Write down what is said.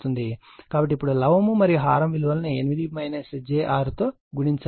కాబట్టి ఇప్పుడు లవము మరియు హారం విలువలను 8 j 6 తో గుణించాలి